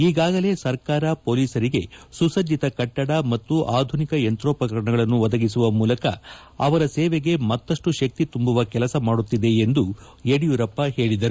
ಈಗಾಗಲೇ ಸರ್ಕಾರ ಪೊಲೀಸರಿಗೆ ಸುಸಜ್ಜತ ಕಟ್ಟಡ ಮತ್ತು ಆಧುನಿಕ ಯಂತ್ರೋಪಕರಣಗಳನ್ನು ಒದಗಿಸುವ ಮೂಲಕ ಅವರ ಸೇವೆಗೆ ಮತ್ತಷ್ಟು ಶಕ್ತಿ ತುಂಬುವ ಕೆಲಸ ಮಾಡುತ್ತಿದೆ ಎಂದು ಯಡಿಯೂರಪ್ಪ ಹೇಳಿದರು